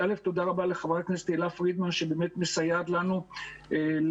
קודם כל תודה רבה לחברת הכנסת תהלה פרידמן שבאמת מסייעת לנו להעלות